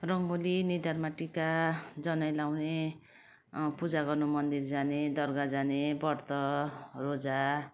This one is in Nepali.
रङ्गोली निधारमा टिका जनै लगाउने पूजा गर्नु मन्दिर जाने दरगाह जाने व्रत रोजा